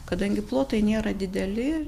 kadangi plotai nėra dideli